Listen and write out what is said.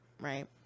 right